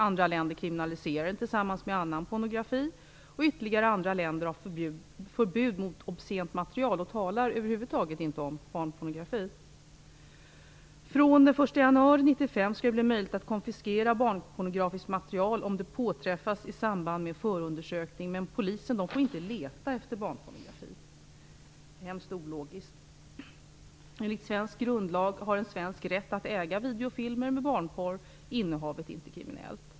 Andra länder kriminaliserar den tillsammans med annan pornografi, och ytterligare andra länder har förbud mot obscent material och talar över huvud taget inte om barnpornografi. Från den 1 januari 1995 är det möjligt att konfiskera barnpornografiskt material om det påträffas i samband med förundersökning, men polisen får inte leta efter barnpornografi. Det är mycket ologiskt. Enligt svensk grundlag har en svensk rätt att äga videofilmer med barnpornografi, och innehavet är inte kriminellt.